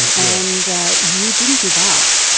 and you didn't give up.